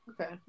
okay